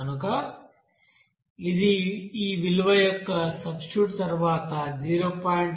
కనుక ఇది ఈ విలువ యొక్క సబ్స్టిట్యూట్ తర్వాత 0